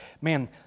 man